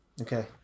Okay